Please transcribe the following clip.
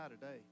today